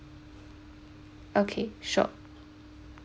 okay sure